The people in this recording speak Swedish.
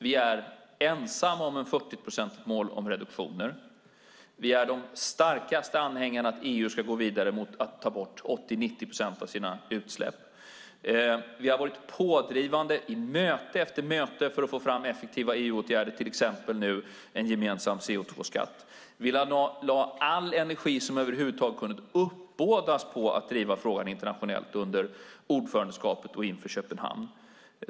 Vi är ensamma om ett 40-procentigt mål för reduktioner. Vi är de starkaste anhängarna av att EU ska gå vidare och ta bort 80-90 procent av sina utsläpp. Vi har varit pådrivande i möte efter möte för att få fram effektiva EU-åtgärder, till exempel nu en gemensam CO2-skatt. Vi lade all energi som över huvud taget kunde uppbådas på att driva frågan internationellt under ordförandeskapet och inför Köpenhamn.